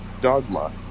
Dogma